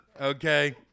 Okay